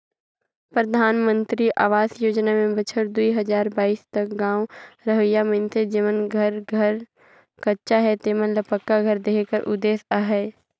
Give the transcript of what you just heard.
परधानमंतरी अवास योजना में बछर दुई हजार बाइस तक गाँव रहोइया मइनसे जेमन कर घर कच्चा हे तेमन ल पक्का घर देहे कर उदेस अहे